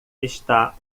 está